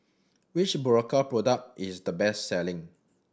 which Berocca product is the best selling